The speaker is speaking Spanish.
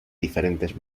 diferentes